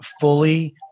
fully